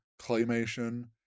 claymation